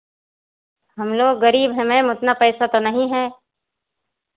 हम लोग ग़रीब हैं मैम उतना पैसा तो नहीं है